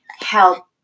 help